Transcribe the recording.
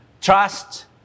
Trust